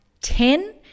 ten